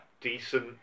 ...decent